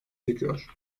çekiyor